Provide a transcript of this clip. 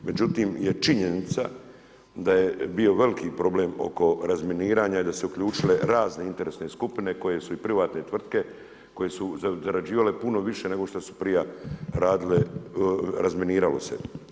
Međutim je činjenica da je bio veliki problem oko razminiranja i da su se uključili razne interesne skupine koje su i privatne tvrtke, koje su zarađivale puno više nego što su prije radile, razminiralo se.